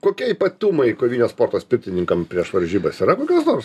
kokie ypatumai kovinio sporto pirtininkam prieš varžybas yra kokios nors